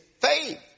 faith